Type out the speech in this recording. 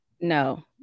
no